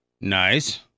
Nice